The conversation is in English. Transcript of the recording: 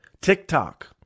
TikTok